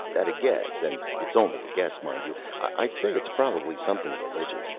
at a guess and it's only a guess, mind you i'd say it's probably something religious.